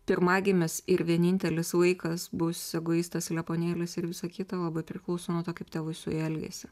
pirmagimis ir vienintelis vaikas bus egoistas lepūnėlis ir visa kita labai priklauso nuo to kaip tėvai su juo elgėsi